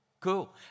cool